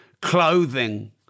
clothing